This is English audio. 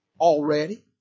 already